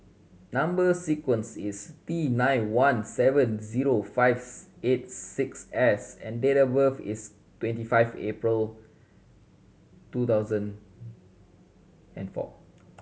number sequence is T nine one seven zero five eight six S and date of birth is twenty five April two thousand and four